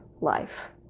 life